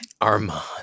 Armand